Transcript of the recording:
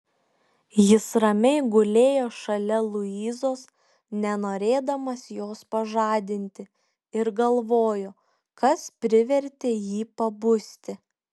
jis ramiai gulėjo šalia luizos nenorėdamas jos pažadinti ir galvojo kas privertė jį pabusti